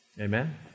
Amen